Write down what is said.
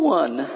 one